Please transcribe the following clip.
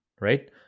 right